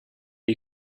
you